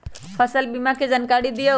फसल बीमा के जानकारी दिअऊ?